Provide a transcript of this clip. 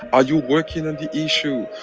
are you working on the issue?